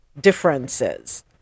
differences